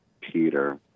Peter